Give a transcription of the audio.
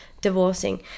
divorcing